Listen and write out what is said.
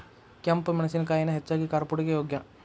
ಕೆಂಪ ಮೆಣಸಿನಕಾಯಿನ ಹೆಚ್ಚಾಗಿ ಕಾರ್ಪುಡಿಗೆ ಯೋಗ್ಯ